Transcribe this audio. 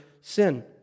sin